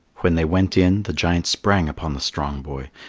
when they went in, the giant sprang upon the strong boy.